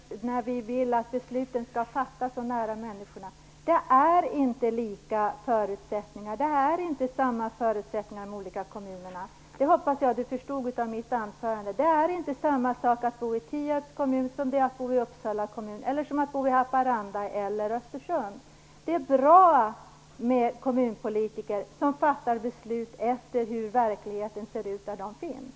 Fru talman! Det är ju det som är vitsen när vi säger att besluten skall fattas så nära människorna som möjligt. Förutsättningarna är inte lika. Det är inte samma förutsättningar i de olika kommunerna; det hoppas jag att Owe Hellberg förstod av mitt anförande. Det är inte samma sak att bo i Tierps kommun som att bo i Uppsala kommun eller i Haparanda eller Östersund. Det är bra med kommunpolitiker som fattar beslut efter hur verkligheten ser ut där de finns.